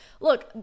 Look